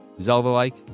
Zelda-like